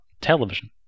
television